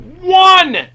one